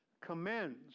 commends